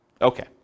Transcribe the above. Okay